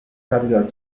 capital